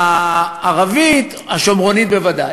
לכתיבה הערבית, השומרונית בוודאי.